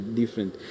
different